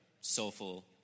soulful